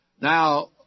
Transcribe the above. Now